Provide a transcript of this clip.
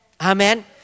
Amen